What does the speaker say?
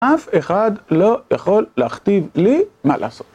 אף אחד לא יכול לכתיב לי מה לעשות